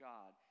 God